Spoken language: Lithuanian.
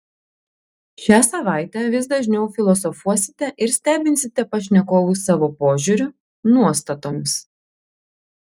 šią savaitę vis dažniau filosofuosite ir stebinsite pašnekovus savo požiūriu nuostatomis